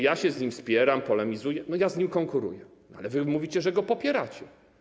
Ja się z nim spieram, polemizuję, ja z nim konkuruję, ale wy mówicie, że go popieracie.